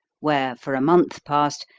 where, for a month past,